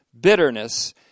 bitterness